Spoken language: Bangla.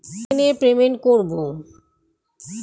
ফ্লিপকার্ট থেকে মাল কেনার সময় কিভাবে অনলাইনে পেমেন্ট করব?